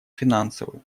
финансовую